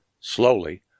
Slowly